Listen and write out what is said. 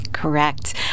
Correct